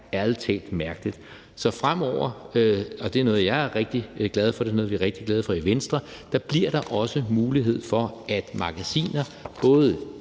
ærlig talt mærkeligt. Så fremover, og det er noget, som jeg er rigtig glad for, og som vi også er rigtig glade for i Venstre, bliver der også mulighed for, at magasinerne, både